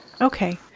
Okay